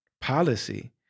policy